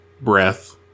breath